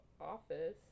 Office